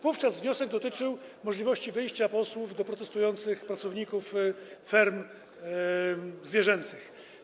Wówczas wniosek dotyczył możliwości wyjścia posłów do protestujących pracowników ferm zwierzęcych.